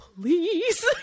please